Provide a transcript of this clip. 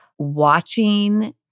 watching